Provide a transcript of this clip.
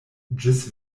ĝis